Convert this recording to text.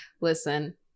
listen